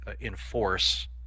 enforce